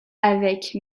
avec